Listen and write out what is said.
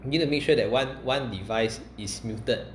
you need to make sure that one one device is muted